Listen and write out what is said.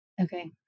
Okay